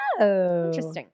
Interesting